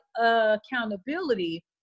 accountability